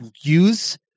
use